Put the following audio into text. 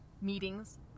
meetings